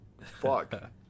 fuck